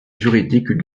juridique